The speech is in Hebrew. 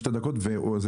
בשנת 2020, שהיא